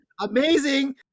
amazing